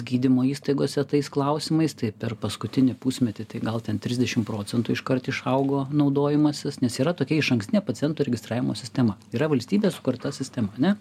gydymo įstaigose tais klausimais tai per paskutinį pusmetį tai gal ten trisdešimt procentų iškart išaugo naudojimasis nes yra tokia išankstinė pacientų registravimo sistema yra valstybės sukurta sistema ane